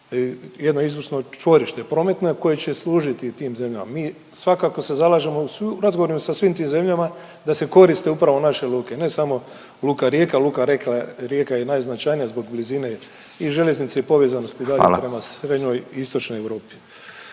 jedno izvrsno čvorište prometno koje će služiti i tim zemljama. Mi svakako se zalažemo u razgovorima sa svim tim zemljama da se koriste upravo naše luke ne samo luka Rijeka, luka Rijeka je najznačajnija zbog blizine i željeznice i povezanosti dalje … …/Upadica Radin: Hvala./…